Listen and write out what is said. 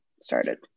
started